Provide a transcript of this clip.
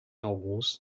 alguns